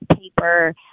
paper